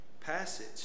passage